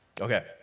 Okay